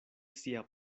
sia